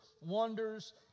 wonders